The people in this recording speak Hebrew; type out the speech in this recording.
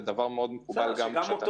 זה דבר מאוד מקובל בעולם.